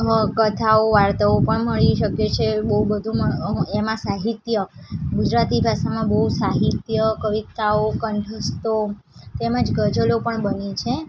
અ કથાઓ વાર્તાઓ પણ મળી શકે છે બહુ બધું મ એમાં સાહિત્ય ગુજરાતી ભાષામાં બહુ સાહિત્ય કવિતાઓ કંઠસ્થો તેમજ ગઝલો પણ બની છે